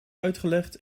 uitgelegd